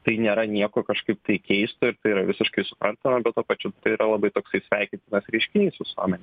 tai nėra niekur kažkaip tai keista tai yra visiškai suprantama bet tuo pačiu tai yra labai toksai sveikintinas reiškinys visuomenėj